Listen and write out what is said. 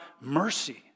mercy